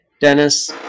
Dennis